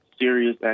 serious